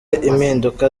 impinduka